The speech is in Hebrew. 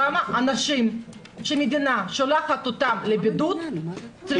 למה אנשים שהמדינה שולחת אותם לבידוד צריכים לשלם על זה?